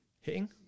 Hitting